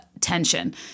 tension